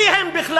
מי הם בכלל?